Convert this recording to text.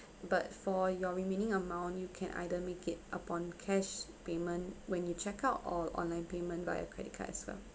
but for your remaining amount you can either make it upon cash payment when you check out or online payment via credit card as well